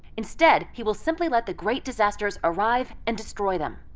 instead, he will simply let the great disasters arrive and destroy them.